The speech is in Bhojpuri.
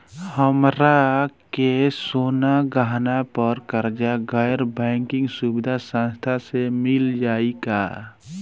हमरा के सोना गहना पर कर्जा गैर बैंकिंग सुविधा संस्था से मिल जाई का?